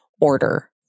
order